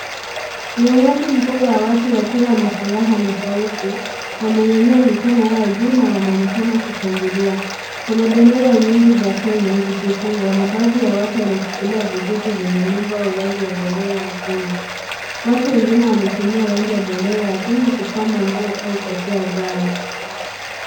Ni umati mkubwa wa watu wakiwa na furaha na shauku, wamenyanyua mikono yao juu na wanaonekana kushangilia. Kuna bendera nyingi za Kenya zikifungwa na baadhi ya watu wanashikilia vijiti vyenye nembo au rangi ya bendera ya Kenya. Watu wengine wametumia rangi ya bendera ya Kenya kupamba nguo au kofia zao.